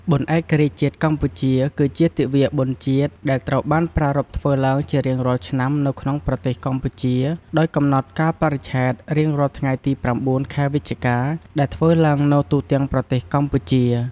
បុណ្យឯករាជ្យជាតិកម្ពុជា គឺជាទិវាបុណ្យជាតិ ដែលត្រូវបានប្រារព្ធធ្វើឡើងជារៀងរាល់ឆ្នាំនៅក្នុងប្រទេសកម្ពុជា ដោយកំណត់កាលបរិច្ឆេទរៀងរាល់ថ្ងៃទី ៩ ខែវិច្ឆិកា ដែលធ្វើឡើងនៅទូទាំងប្រទេសកម្ពុជា។